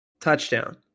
Touchdown